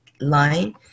line